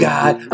God